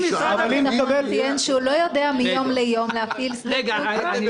אבל משרד הביטחון ציין שהוא לא יודע מיום ליום להפעיל שדה תעופה.